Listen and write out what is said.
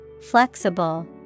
Flexible